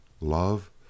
Love